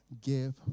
give